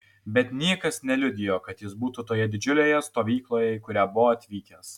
bet niekas neliudijo kad jis būtų toje didžiulėje stovykloje į kurią buvo atvykęs